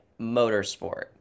motorsport